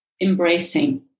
embracing